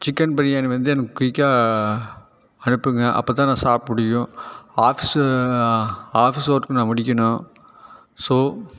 chicken biryani வந்து எனக்கு குயிக்காக அனுப்புங்கள் அப்போதான் நான் சாப்புடியும் ஆஃபீஸ்ஸும் ஆஃபீஸ் ஒர்க்கு நான் முடிக்கணும் ஸோ